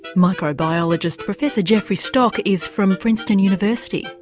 microbiologist professor jeffry stock is from princeton university.